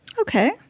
Okay